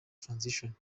transition